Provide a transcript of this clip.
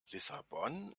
lissabon